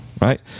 right